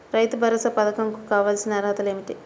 రైతు భరోసా పధకం కు కావాల్సిన అర్హతలు ఏమిటి?